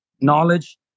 knowledge